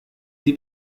die